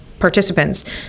participants